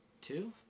Two